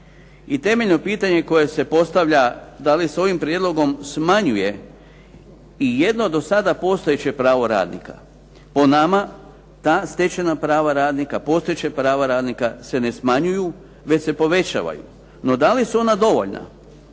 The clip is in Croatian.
I temeljno pitanje koje se postavlja da li s ovim prijedlogom smanjuje i jedno do sada postojeće pravo radnika. Po nama, ta stečena prava radnika, postojeća prava radnika se ne smanjuju već se povećavaju. No da li su ona dovoljna?